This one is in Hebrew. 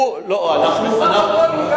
הוא בסך הכול פגש,